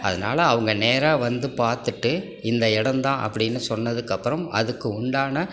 அதனால் அவங்க நேராக வந்து பார்த்துட்டு இந்த இடம் தான் அப்படின்னு சொன்னதுக்கப்புறம் அதுக்கு உண்டான